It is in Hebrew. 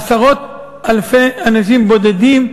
עשרות אלפי אנשים בודדים,